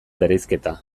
bereizketa